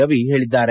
ರವಿ ಹೇಳಿದ್ದಾರೆ